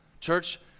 Church